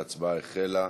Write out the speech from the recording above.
ההצבעה החלה.